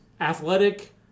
athletic